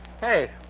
Hey